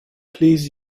please